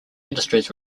industries